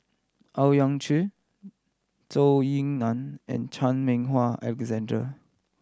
Owyang Chi Zhou Ying Nan and Chan Meng Wah Alexander